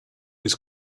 his